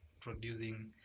producing